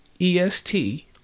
EST